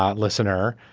ah listener.